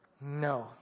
No